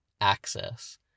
Access